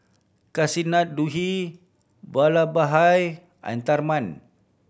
Kasinadhuni Vallabhbhai and Tharman